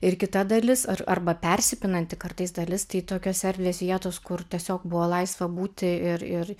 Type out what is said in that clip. ir kita dalis ar arba persipinanti kartais dalis tai tokios erdvės vietos kur tiesiog buvo laisva būti ir ir